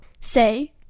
say